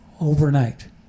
overnight